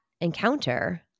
encounter